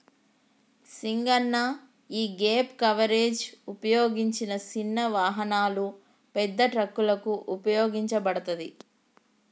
సింగన్న యీగేప్ కవరేజ్ ఉపయోగించిన సిన్న వాహనాలు, పెద్ద ట్రక్కులకు ఉపయోగించబడతది